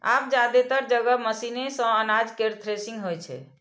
आब जादेतर जगह मशीने सं अनाज केर थ्रेसिंग होइ छै